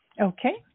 Okay